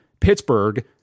Pittsburgh